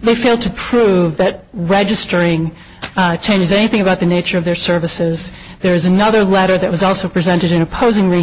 mayfield to prove that registering changes anything about the nature of their services is there is another letter that was also presented in opposing re